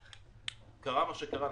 קרה מה שקרה.